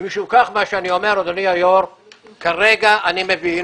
משום כך אני אומר שכרגע אני מבין